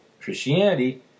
Christianity